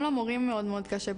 תהלה, באמת בהמשך לדברייך,